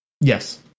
yes